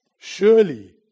Surely